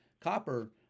Copper